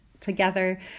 together